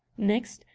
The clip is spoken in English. next,